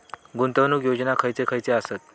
गुंतवणूक योजना खयचे खयचे आसत?